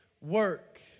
work